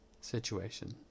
situation